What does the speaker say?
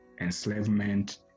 enslavement